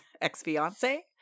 ex-fiance